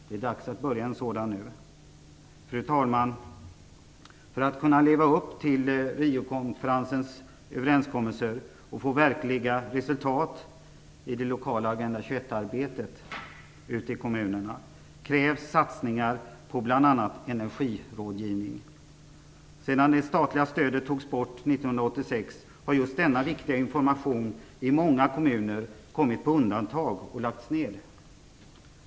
Det är dags att börja nu. Fru talman! För att kunna leva upp till Riokonferensens överenskommelser och få verkliga resultat i det lokala Agenda 21-arbetet ute i kommunerna krävs satsningar på bl.a. energirådgivning. Sedan det statliga stödet togs bort 1986 har just denna viktiga information i många kommuner kommit på undantag och lagts ned.